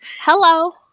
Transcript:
Hello